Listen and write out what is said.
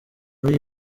muri